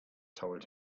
told